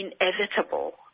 inevitable